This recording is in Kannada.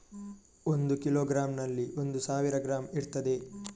ಒಂದು ಕಿಲೋಗ್ರಾಂನಲ್ಲಿ ಒಂದು ಸಾವಿರ ಗ್ರಾಂ ಇರ್ತದೆ